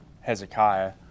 Hezekiah